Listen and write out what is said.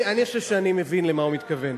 אני חושב שאני מבין למה הוא מתכוון.